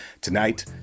tonight